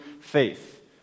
faith